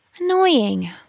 Annoying